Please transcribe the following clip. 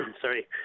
sorry